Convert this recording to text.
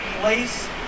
place